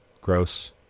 gross